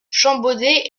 champbaudet